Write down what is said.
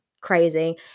Crazy